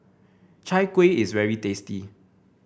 Chai Kuih is very tasty